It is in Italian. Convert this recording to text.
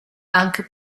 anche